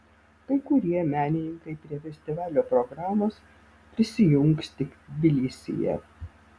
kai kurie menininkai prie festivalio programos prisijungs tik tbilisyje